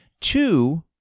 Two